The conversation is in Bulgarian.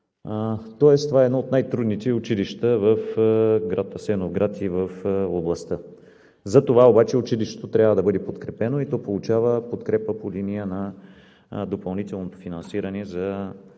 Тоест това е едно от най-трудните училища в град Асеновград и в областта. Затова обаче училището трябва да бъде подкрепено и то получава подкрепа по линия на допълнителното финансиране